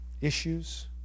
issues